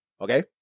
Okay